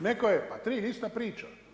Netko je …… [[Upadica se ne razumije.]] Pa ista priča.